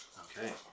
Okay